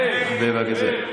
טיבי, טיבי.